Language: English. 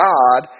God